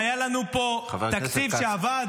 שהיה לנו פה תקציב שעבד.